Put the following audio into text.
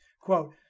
Quote